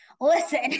listen